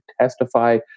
testify